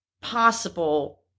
possible